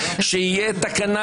שתהיה תקנת